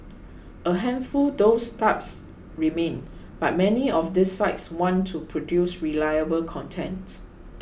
a handful those types remain but many of these sites want to produce reliable content